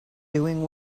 doing